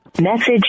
Message